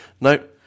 no